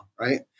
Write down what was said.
right